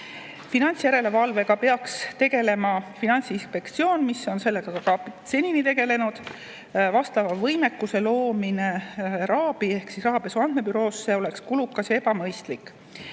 Finantsjärelevalvega peaks tegelema Finantsinspektsioon, mis on sellega ka seni tegelenud. Vastava võimekuse loomine RAB‑i ehk Rahapesu Andmebüroosse oleks kulukas ja ebamõistlik.